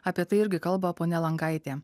apie tai irgi kalba ponia langaitė